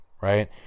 right